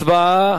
הצבעה,